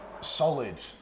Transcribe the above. solid